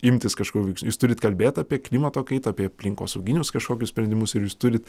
imtis kažko jūs turit kalbėt apie klimato kaitą apie aplinkosauginius kažkokius sprendimus ir jūs turit